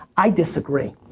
i disagree.